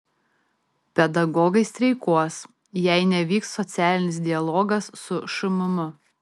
pedagogai streikuos jei nevyks socialinis dialogas su šmm